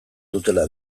dutela